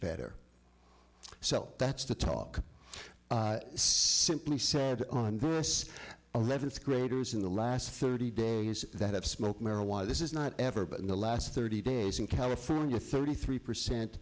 better so that's the talk simply said on this eleventh graders in the last thirty days that i've smoked marijuana this is not ever but in the last thirty days in california thirty three percent